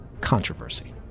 controversy